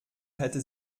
hätte